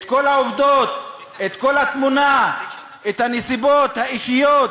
כל העובדות, כל התמונה, הנסיבות האישיות